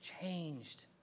changed